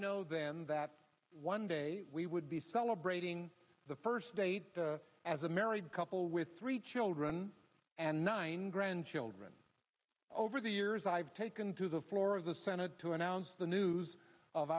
know then that one day we would be celebrating the first date as a married couple with three children and nine grandchildren over the years i've taken to the floor of the senate to announce the news of